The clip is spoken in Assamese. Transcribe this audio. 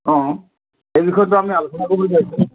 অঁ সেই বিষয়েতো আমি আলোচনা কৰিবলগা হৈছে